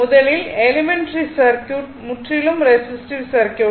முதலில் elementary circuit முற்றிலும் resistive circuit